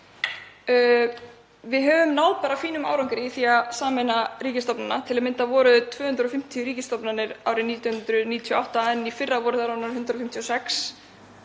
Við höfum náð fínum árangri í því að sameina ríkisstofnanir. Til að mynda voru 250 ríkisstofnanir árið 1998 en í fyrra voru þær 156.